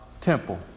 temple